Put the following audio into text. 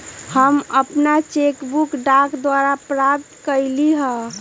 हम अपन cheque book डाक द्वारा प्राप्त कईली ह